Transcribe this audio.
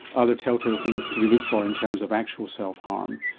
are there tell-tale things to be looked for in terms of actual self-harm?